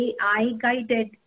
AI-guided